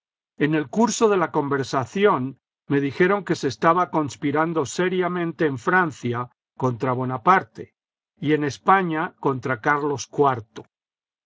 en el curso de la conversación me dijeron que se estaba conspirando seriamente en francia contra bonaparte y en españa contra carlos